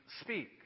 speak